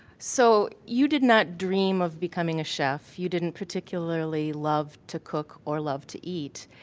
so you did not dream of becoming a chef. you didn't particularly love to cook or love to eat.